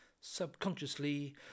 subconsciously